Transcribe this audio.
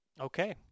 Okay